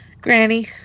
granny